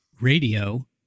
radio